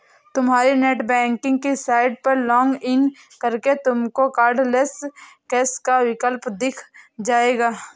तुम्हारी नेटबैंकिंग की साइट पर लॉग इन करके तुमको कार्डलैस कैश का विकल्प दिख जाएगा